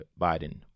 Biden